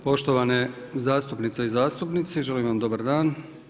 Poštovane zastupnice i zastupnici, želim vam dobar dan.